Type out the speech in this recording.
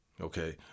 okay